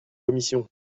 commission